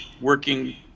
working